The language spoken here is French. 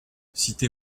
cité